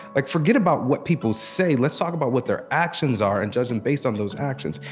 like forget about what people say. let's talk about what their actions are and judge them based on those actions.